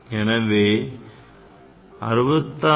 எனவே 66